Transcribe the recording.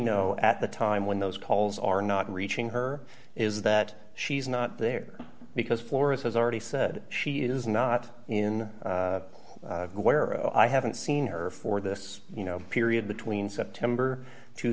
know at the time when those calls are not reaching her is that she's not there because florence has already said she is not in where i haven't seen her for this you know period between september two